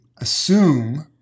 assume